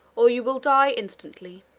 or you will die instantly.